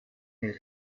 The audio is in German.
hehl